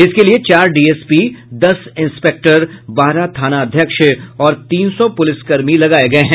इसके लिये चार डीएसपी दस इंस्पेक्टर बारह थानाध्यक्ष और तीन सौ पुलिसकर्मी लगाये गये हैं